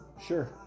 Sure